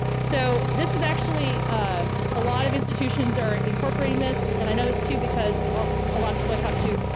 so this is actually a lot of institutions are incorporating this. and i know this too because ah a lot of people i talk to,